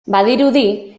badirudi